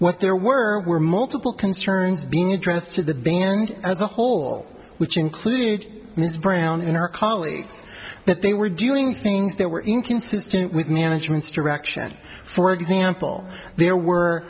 what there were were multiple concerns being addressed to the band as a whole which included ms brown in her colleagues that they were doing things that were inconsistent with management's direction for example there were